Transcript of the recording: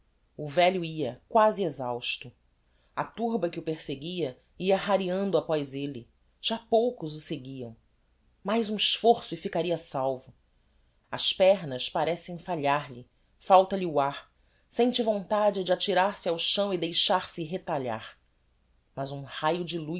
o velho ia quasi exhausto a turba que o perseguia ia rareando apoz elle já poucos o seguiam mais um esforço e ficaria salvo as pernas parecem falhar lhe falta-lhe o ar sente vontade de atirar-se ao chão e deixar-se retalhar mas um raio de luz